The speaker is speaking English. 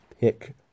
pick